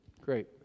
Great